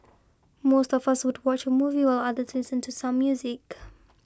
most of us would watch a movie while others listen to some music